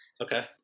Okay